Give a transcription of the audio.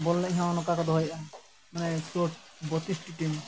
ᱵᱚᱞ ᱮᱱᱮᱡ ᱦᱚᱸ ᱱᱚᱝᱠᱟ ᱠᱚ ᱫᱚᱦᱚᱭᱮᱜᱼᱟ ᱢᱟᱱᱮ ᱵᱚᱛᱤᱥᱴᱤ ᱴᱤᱢ